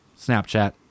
Snapchat